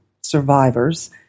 survivors